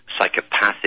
psychopathic